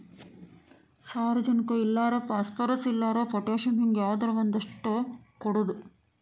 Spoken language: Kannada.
ಸಾರಜನಕ ಇಲ್ಲಾರ ಪಾಸ್ಪರಸ್, ಇಲ್ಲಾರ ಪೊಟ್ಯಾಶ ಹಿಂಗ ಯಾವದರ ಒಂದಷ್ಟ ಕೊಡುದು